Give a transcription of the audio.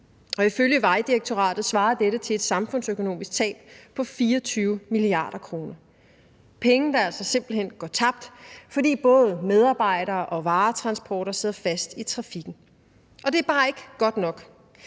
ifølge Vejdirektoratet svarer det til et samfundsøkonomisk tab på 24 mia. kr. – penge, der simpelt hen går tabt, fordi både medarbejdere og varetransporter sidder fast i trafikken. Det er bare ikke godt nok.